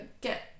get